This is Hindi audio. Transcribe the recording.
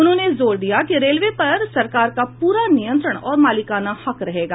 उन्होंने जोर दिया कि रेलवे पर सरकार का पूरा नियंत्रण और मालिकाना हक रहेगा